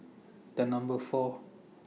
The Number four